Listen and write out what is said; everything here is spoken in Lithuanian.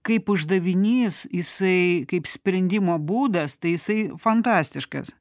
kaip uždavinys jisai kaip sprendimo būdas tai jisai fantastiškas